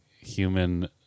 human